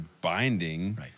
binding